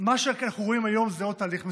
מה שאנחנו רואים היום זה עוד תהליך מסוכן.